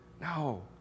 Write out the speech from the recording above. No